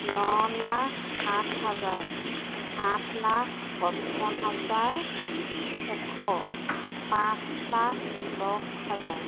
ন লাখ সাত হাজাৰ আঠ লাখ পচপন্ন হাজাৰ এশ পাঁচ লাখ দহ হাজাৰ